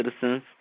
citizens